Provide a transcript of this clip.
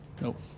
Nope